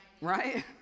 Right